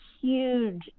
huge